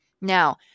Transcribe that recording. Now